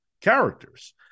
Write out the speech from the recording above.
characters